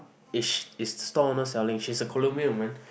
is is the store owner selling she's a Colombian woman